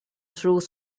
through